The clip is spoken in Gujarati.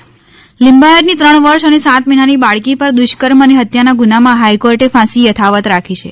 બળાત્કાર સજા લીંબાયતની ત્રણ વર્ષ અને સાત મહિનાની બાળકી પર દુષ્કર્મ અને હત્યાના ગુનામાં હાઇકોર્ટે ફાંસી યથાવત રાખી છે